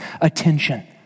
attention